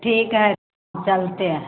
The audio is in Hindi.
ठीक है चलते हैं